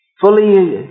Fully